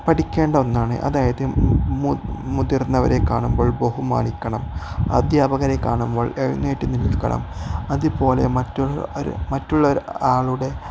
പഠിക്കേണ്ട ഒന്നാണ് അതായത് മുതിർന്നവരെ കാണുമ്പോൾ ബഹുമാനിക്കണം അദ്ധ്യാപകരെ കാണുമ്പോൾ എഴുന്നേട്ട് നിൽക്കണം അതുപോലെ മറ്റുള്ള ആളുടെ